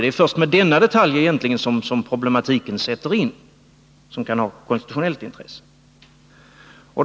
Det är egentligen först i och med denna aspekt som den konstitutionellt intressanta problematiken blir aktuell.